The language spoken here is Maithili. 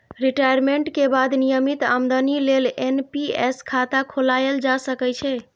रिटायमेंट के बाद नियमित आमदनी लेल एन.पी.एस खाता खोलाएल जा सकै छै